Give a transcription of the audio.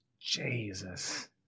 Jesus